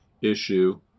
issue